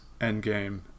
Endgame